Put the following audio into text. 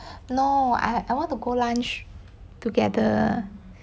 no I I want to go lunch together